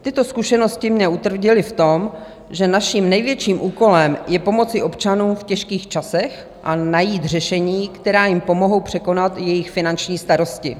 Tyto zkušenosti mě utvrdily v tom, že naším největším úkolem je pomoci občanům v těžkých časech a najít řešení, která jim pomohou překonat jejich finanční starosti.